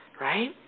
right